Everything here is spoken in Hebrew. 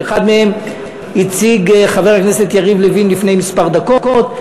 אחד מהם הציג חבר הכנסת יריב לוין לפני כמה דקות.